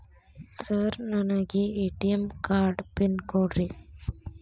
Sir ನನಗೆ ATM card pin ಕೊಡ್ರಿ?